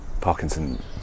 Parkinson